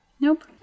Nope